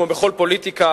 כמו בכל פוליטיקה,